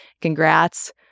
congrats